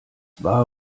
war